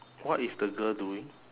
what is the girl doing